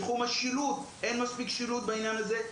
בתחום השילוט אין מספיק שילוט בעניין הזה.